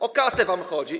O kasę wam chodzi.